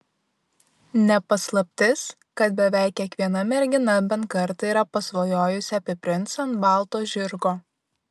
ne paslaptis kad beveik kiekviena mergina bent kartą yra pasvajojusi apie princą ant balto žirgo